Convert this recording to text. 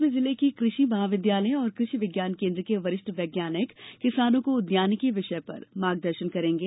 इसमें जिले के कृषि महाविद्यालय और कृषि विज्ञान केन्द्र के वरिष्ठ वैज्ञानिक किसानों को उद्यानिकी विषयों पर मार्गदर्शन देंगे